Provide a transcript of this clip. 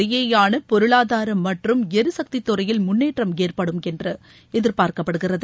இடையேயான பொருளாதாரம் மற்றும் எரிசக்தி துறையில் முன்னேற்றம் ஏற்படும் என்று எதிர்பார்க்கப்படுகிறது